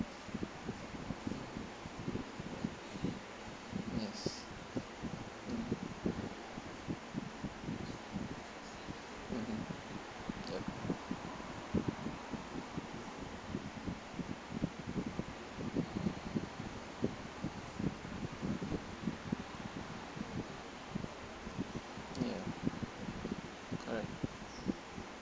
yes mm mmhmm yup ya correct